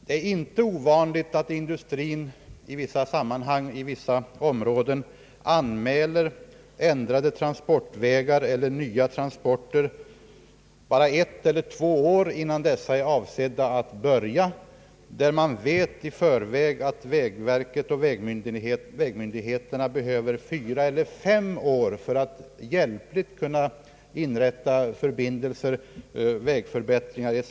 Det är inte ovanligt att industrin i vissa sammanhang och i vissa områden anmäler ändrade transportvägar eller nya transporter bara ett eller två år innan dessa är avsedda att begagnas, fastän man i förväg vet att vägverket och vägmyndigheterna behöver fyra eller fem år för att hjälpligt kunna inrätta förbindelser och genomföra vägförbättringar etc.